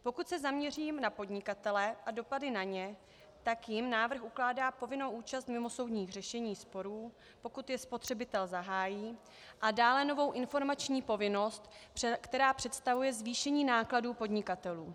Pokud se zaměřím na podnikatele a dopady na ně, tak jim návrh ukládá povinnou účast u mimosoudních řešení sporů, pokud je spotřebitel zahájí, a dále novou informační povinnost, která představuje zvýšení nákladů podnikatelů.